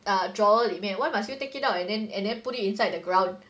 um drawer 里面 why must you take it out and then and then put it inside the ground